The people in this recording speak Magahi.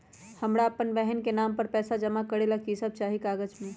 हमरा अपन बहन के नाम पर पैसा जमा करे ला कि सब चाहि कागज मे?